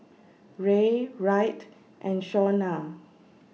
Ray Wright and Shaunna